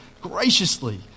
graciously